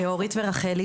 אורית ורחלי,